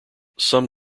some